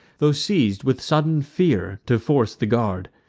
tho' seiz'd with sudden fear, to force the guard,